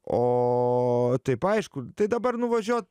o taip aišku tai dabar nuvažiuot